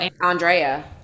andrea